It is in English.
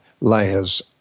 layers